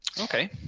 Okay